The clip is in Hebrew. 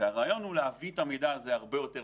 הרעיון הוא להביא את המידע הזה הרבה יותר